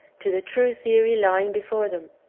to the true theory lying before them.